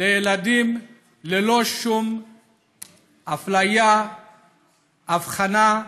לילדים ללא שום אפליה, הבחנה,